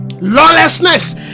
lawlessness